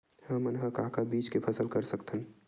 हमन ह का का बीज के फसल कर सकत हन?